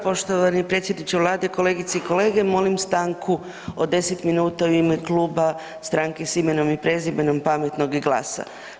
Poštovani predsjedniče Vlade, kolegice i kolege, molim stanku od 10 minuta u ime Kluba Stranke s imenom i prezimenom, Pametnog i GLAS-a.